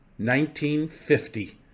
1950